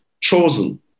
chosen